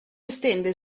estende